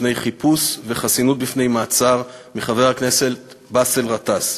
בפני חיפוש וחסינות בפני מעצר מחבר הכנסת באסל גטאס,